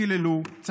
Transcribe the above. קיללו אותי,